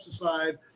aside